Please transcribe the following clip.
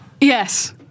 Yes